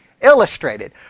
illustrated